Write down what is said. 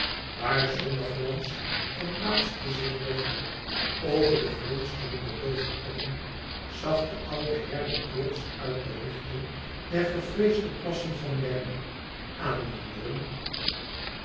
waar zonneglans ten laatste zich legde over de glinsterende loovertoppen zag de oude herder plots uit de richting der gevreesde plassen van lerna